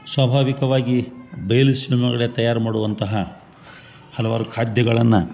ಸ್ವಾಭಾವಿಕವಾಗಿ ಬಯಲುಸೀಮೆ ಒಳಗಡೆ ತಯಾರು ಮಾಡುವಂತಹ ಹಲವಾರು ಖಾದ್ಯಗಳನ್ನ